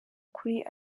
kuri